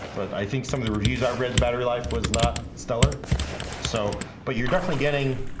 but i think some of the reviews i've read the battery life was not stellar so but you're definitely getting